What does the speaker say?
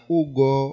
ugo